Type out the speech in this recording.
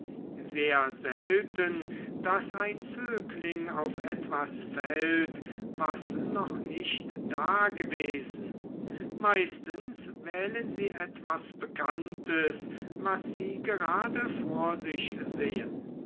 sehr selten daß ein zögling auf etwas fällt was noch nicht dagewesen meistens wählen sie etwas bekanntes was sie gerade vor sich sehen